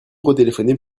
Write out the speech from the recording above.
retéléphoner